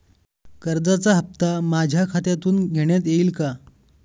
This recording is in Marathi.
कर्जाचा हप्ता माझ्या खात्यातून घेण्यात येईल का?